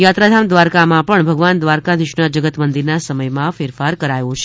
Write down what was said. યાત્રાધામ દ્વારકામાં પણ ભગવાન દ્વારકાધીશના જગતમંદિરના સમયમાં ફેરફાર કરાયો છે